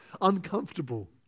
uncomfortable